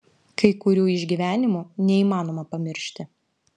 kai kurių išgyvenimų neįmanoma pamiršti